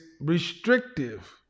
restrictive